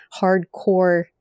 hardcore